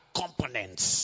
components